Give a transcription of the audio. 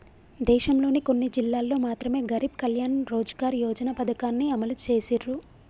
దేశంలోని కొన్ని జిల్లాల్లో మాత్రమె గరీబ్ కళ్యాణ్ రోజ్గార్ యోజన పథకాన్ని అమలు చేసిర్రు